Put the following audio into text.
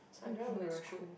sun with moon is good